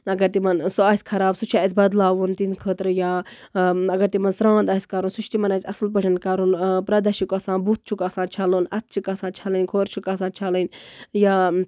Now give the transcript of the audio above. اَگر تِمن سُہ سہِ خراب سُہ چھُ اَسہِ بدلاوُن تِہِندِ خٲطرٕ یا اَگر تِمن سران آسہِ کَرُن سُہ چھُ تِمن اَسہِ اَصٕل پٲٹھۍ کَرُن پردَش چھُکھ آسان بُتھ چھُکھ آسان چھَلُن اَتھٕ چھِکھ آسان چھَلٕنۍ کھوٚر چھُکھ آسان چھَلٕنۍ یا